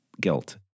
guilt